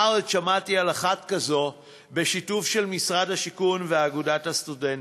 בארץ שמעתי על אחת כזאת בשיתוף של משרד השיכון ואגודת הסטודנטים,